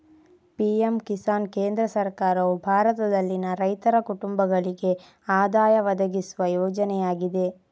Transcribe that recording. PM Kisan ಕೇಂದ್ರ ಸರ್ಕಾರವು ಭಾರತದಲ್ಲಿನ ರೈತರ ಕುಟುಂಬಗಳಿಗೆ ಆದಾಯ ಒದಗಿಸುವ ಯೋಜನೆಯಾಗಿದೆ